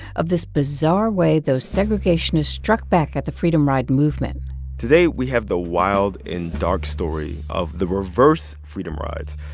of this bizarre way those segregationists struck back at the freedom ride movement today we have the wild and dark story of the reverse freedom rides.